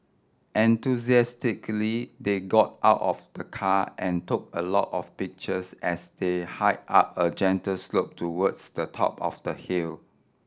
enthusiastically they got out of the car and took a lot of pictures as they hike up a gentle slope towards the top of the hill